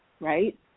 Right